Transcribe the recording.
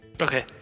Okay